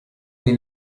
die